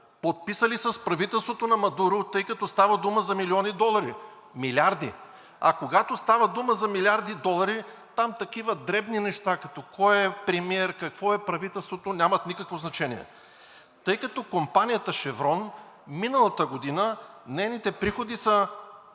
Подписали са с правителството на Мадуро, тъй като става дума за милиони долари – милиарди. А когато става дума за милиарди долари там, такива дребни неща като кой е премиер, какво е правителството нямат никакво значение. Тъй като компанията „Шеврон“ миналата година, нейните приходи са